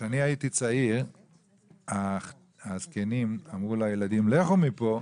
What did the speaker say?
כשאני הייתי צעיר הזקנים אמרו לילדים: ״לכו מפה״,